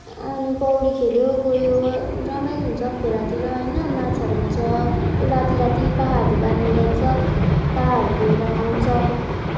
अनि पौडी खेल्यो गयो रमाइलो हुन्छ खोलातिर होइन माछाहरू हुन्छ राति राति पाहाहरू बाल्नु जान्छ पाहाहरू लिएर आउँछ